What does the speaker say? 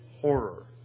horror